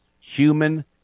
Human